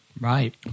Right